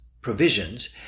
provisions